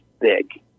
big